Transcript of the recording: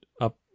up